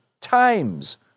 times